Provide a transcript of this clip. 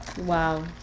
Wow